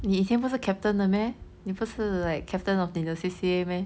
你以前不是 captain 的 meh 你不是 like captain of 你的 C_C_A meh